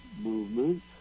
movement